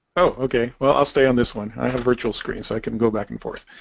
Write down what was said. okay well i'll stay on this one i have a virtual screen so i can go back and forth